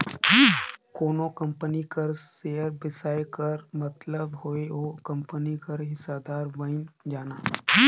कोनो कंपनी कर सेयर बेसाए कर मतलब हवे ओ कंपनी कर हिस्सादार बइन जाना